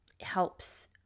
helps